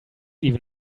even